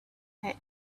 had